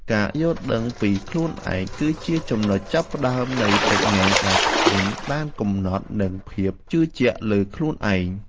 ការយល់ដឹងពីខ្លួនឯងគឺជាចំណុចចាប់ផ្តើមនៃប្រាជ្ញាដែលគ្មានដែនកំណត់ និង ភាពជឿជាក់លើខ្លួនឯង។